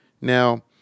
Now